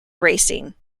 racing